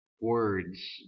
words